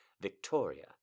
Victoria